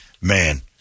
Man